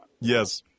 Yes